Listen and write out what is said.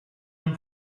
and